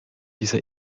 dieser